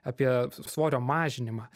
apie svorio mažinimą